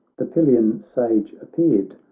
the pylian sage appeared.